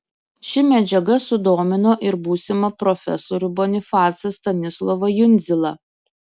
ši medžiaga sudomino ir būsimą profesorių bonifacą stanislovą jundzilą